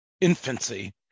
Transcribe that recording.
infancy